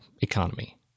economy